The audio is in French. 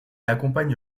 accompagne